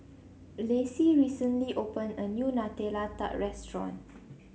Lacie recently opened a new Nutella Tart restaurant